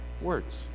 Words